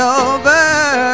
over